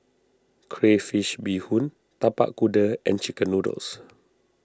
Crayfish BeeHoon Tapak Kuda and Chicken Noodles